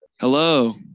Hello